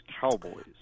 Cowboys